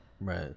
Right